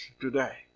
today